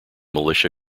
militia